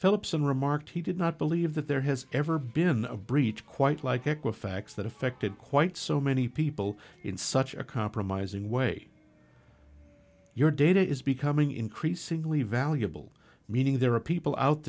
philipson remarked he did not believe that there has ever been a breach quite like equifax that affected quite so many people in such a compromising way your data is becoming increasingly valuable meaning there are people out